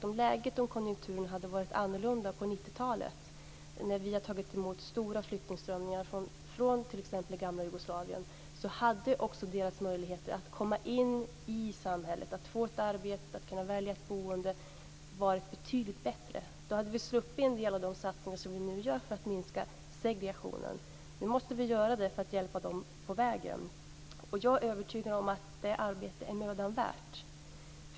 Om läget och konjunkturen hade varit annorlunda på 90 talet, när vi har tagit emot stora flyktingströmmar från t.ex. gamla Jugoslavien, hade deras möjligheter att komma in i samhället, få arbete och välja boende självfallet varit betydligt bättre. Då hade vi sluppit en del av de satsningar som vi nu gör för att minska segregationen. Nu måste vi göra dessa satsningar för att hjälpa dem på vägen. Jag är övertygad om att det arbetet är mödan värt.